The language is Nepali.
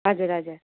हजुर हजुर